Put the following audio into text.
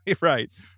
Right